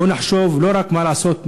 בואו נחשוב לא רק מה לעשות,